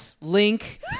Link